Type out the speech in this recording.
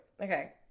Okay